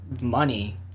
money